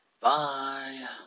bye